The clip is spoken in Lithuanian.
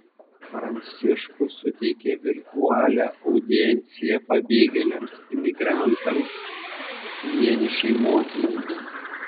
pranciškus suteikė virtualią audienciją pabėgėliams imigrantams vienišai motinai